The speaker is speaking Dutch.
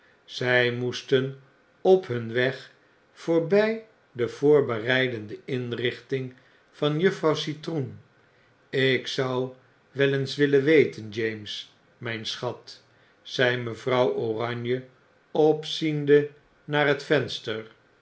zy moesten op hun weg voorby de voorbereidende inrichting van juffrouw citroen ik zou wel eens willen weten james myn schat zei mejuffrouw oranje opziende naar het venster